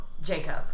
Jacob